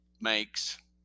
makes